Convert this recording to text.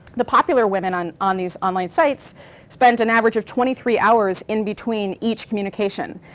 the popular women on on these online sites spend an average of twenty three hours in between each communication.